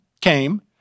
came